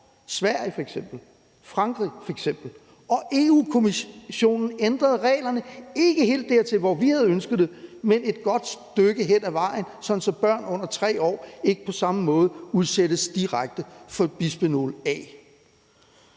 Sverige og Frankrig, og Europa-Kommissionen ændrede reglerne, ikke helt derhen, hvor vi havde ønsket det, men et godt stykke ad vejen, sådan at børn under 3 år ikke på samme måde udsættes direkte for bisfenol A.